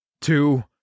two